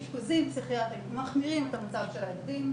אשפוזים פסיכיאטריים מחמירים את המצב של הילדים,